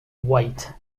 white